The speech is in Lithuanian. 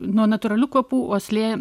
nuo natūralių kvapų uoslė